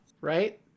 Right